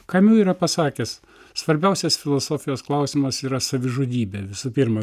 kamiu yra pasakęs svarbiausias filosofijos klausimas yra savižudybė visų pirma